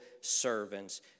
servants